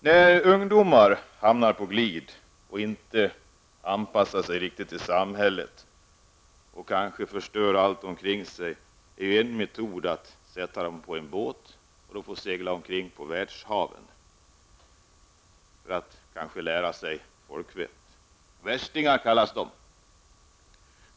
När ungdomar hamnat på glid och inte kan anpassa sig i samhället och kanske förstör allt omkring sig, är en metod att sätta dem på en båt och låta dem segla omkring på världshaven för att de skall lära folkvett. Värstingar kallas de.